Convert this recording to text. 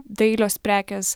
dailios prekės